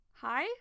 Hi